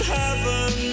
heaven